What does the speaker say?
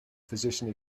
physician